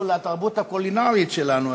הוא נחשף אפילו לתרבות הקולינרית שלנו,